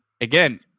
again